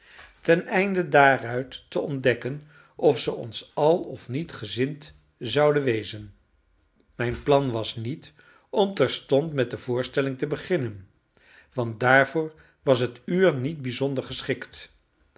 teneinde daaruit te ontdekken of ze ons al of niet gezind zouden wezen mijn plan was niet om terstond met de voorstelling te beginnen want daarvoor was het uur niet bijzonder geschikt